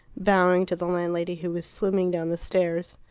bowing to the landlady, who was swimming down the stairs.